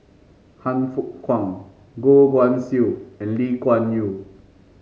Han Fook Kwang Goh Guan Siew and Lee Kuan Yew